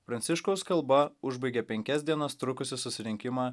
pranciškaus kalba užbaigė penkias dienas trukusį susirinkimą